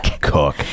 Cook